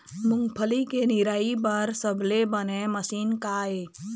मूंगफली के निराई बर सबले बने मशीन का ये?